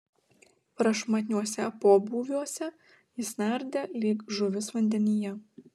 prašmatniuose pobūviuose jis nardė lyg žuvis vandenyje